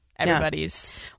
everybody's